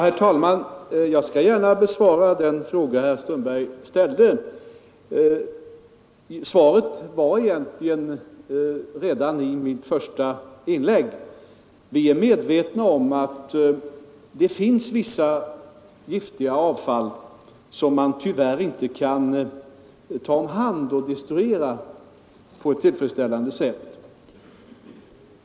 Herr talman! Jag skall gärna besvara den fråga herr Strömberg ställde — svaret fanns för övrigt egentligen redan i mitt första inlägg. Vi är medvetna om att det finns giftiga avfall som man tyvärr inte kan destruera på ett tillfredsställande sätt.